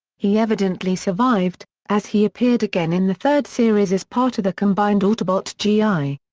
he evidently survived, as he appeared again in the third series as part of the combined autobot g i.